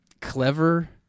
clever